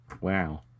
Wow